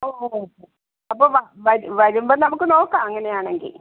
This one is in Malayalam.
ഓ ഓക്കെ അപ്പോൾ വരുമ്പം നമുക്ക് നോക്കാം അങ്ങനെയാണെങ്കിൽ